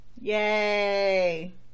Yay